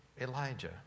Elijah